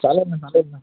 चालेल ना